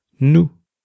Nous